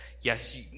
yes